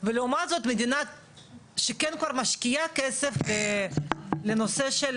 ולעומת זאת, מדינה שכן כבר משקיעה כסף בנושא של